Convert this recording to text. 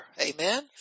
Amen